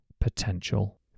potential